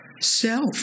Self